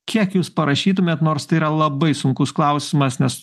kiek jūs parašytumėt nors tai yra labai sunkus klausimas nes